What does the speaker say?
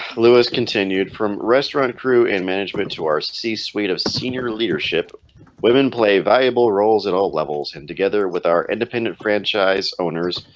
louis continued from restaurant crew and management to our c suite of senior leadership women play valuable roles at all levels and together with our independent franchise owners.